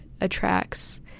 attracts